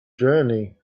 journey